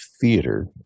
theater